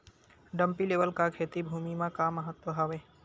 Dumpy level का खेती भुमि म का महत्व हावे?